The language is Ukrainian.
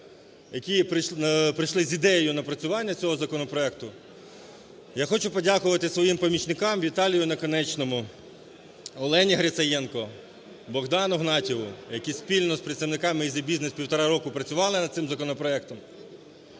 які прийшли з ідеєю напрацювання цього законопроекту. Я хочу подякувати своїм помічникам Віталію Наконечному, Олені Грицаєнко, Богдану Гнатьєву, які спільно з представниками EasyBusiness півтора року працювали над цим законопроектом.